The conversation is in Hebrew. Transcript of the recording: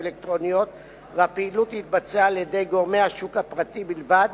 אלקטרוניות והפעילות תתבצע על-ידי גורמי השוק הפרטי בלבד,